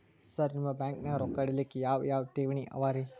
Sir ನಿಮ್ಮ ಬ್ಯಾಂಕನಾಗ ರೊಕ್ಕ ಇಡಲಿಕ್ಕೆ ಯಾವ್ ಯಾವ್ ಠೇವಣಿ ಅವ ರಿ?